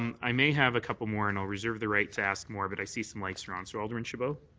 um i may have a couple more and i'll reserve the right to ask more but i see some lights are on so alderman chabot?